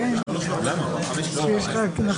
תודה רבה על זכות